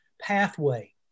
pathway